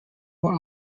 were